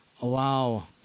Wow